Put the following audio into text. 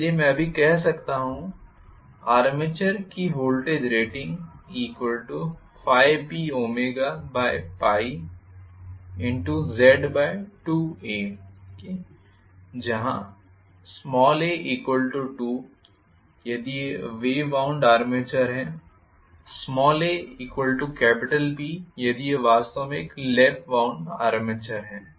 इसलिए मैं अभी कह सकता हूं आर्मेचर की वोल्टेज रेटिंग∅PωZ2a जहां a2 यदि यह वेव वाउंड आर्मेचर है aP यदि यह वास्तव में एक लैप वाउंड आर्मेचर है